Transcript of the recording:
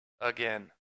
again